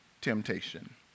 temptation